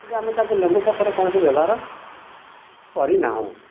କିନ୍ତୁ ଆମେ ତାକୁ ଲେମ୍ବୁ ପତ୍ରର କୌଣସି ବ୍ୟବହାର କରିନାହୁଁ